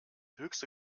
höchste